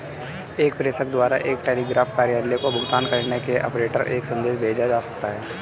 एक प्रेषक द्वारा एक टेलीग्राफ कार्यालय को भुगतान करने के बाद, ऑपरेटर एक संदेश भेज सकता है